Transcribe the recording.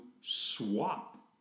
swap